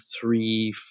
three